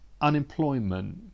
unemployment